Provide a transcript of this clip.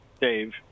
Dave